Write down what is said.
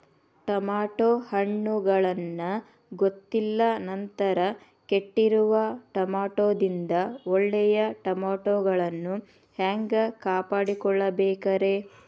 Tomato ಹಣ್ಣುಗಳನ್ನ ಗೊತ್ತಿಲ್ಲ ನಂತರ ಕೆಟ್ಟಿರುವ ಟಮಾಟೊದಿಂದ ಒಳ್ಳೆಯ ಟಮಾಟೊಗಳನ್ನು ಹ್ಯಾಂಗ ಕಾಪಾಡಿಕೊಳ್ಳಬೇಕರೇ?